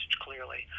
clearly